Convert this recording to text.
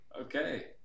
okay